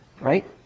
Right